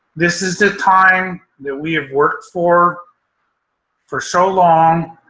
this is the time that we have worked for for so long,